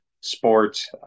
sports